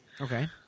Okay